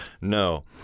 No